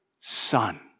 son